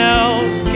else